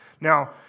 Now